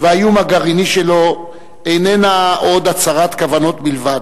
והאיום הגרעיני שלו אינם עוד הצהרת כוונות בלבד.